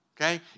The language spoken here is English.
okay